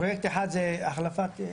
פרויקט אחד הוא החלפת מדי מים,